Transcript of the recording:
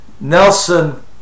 nelson